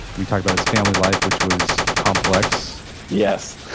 we talk about his family life which was complex yes